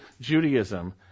Judaism